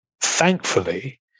thankfully